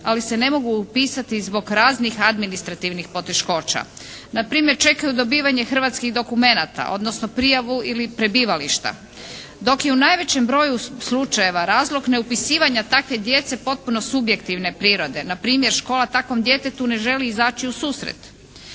ali se ne mogu upisati zbog raznih administrativnih poteškoća. Na primjer, čekaju dobivanje hrvatskih dokumenata, odnosno prijavu ili prebivališta. Dok je u najvećem broju slučajeva razlog neupisivanja takve djece potpuno subjektivne prirode, na primjer škola takvom djetetu ne želi izaći u susret.